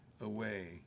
away